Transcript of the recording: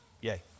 Yay